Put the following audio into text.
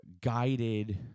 guided